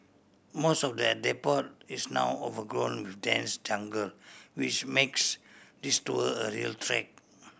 most of the depot is now overgrown with dense jungle which makes this tour a real trek